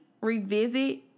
revisit